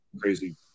crazy